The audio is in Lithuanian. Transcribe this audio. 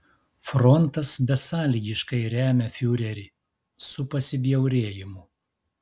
frontas besąlygiškai remia fiurerį su pasibjaurėjimu